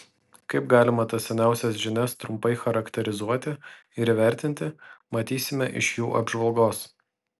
kaip galima tas seniausias žinias trumpai charakterizuoti ir įvertinti matysime iš jų apžvalgos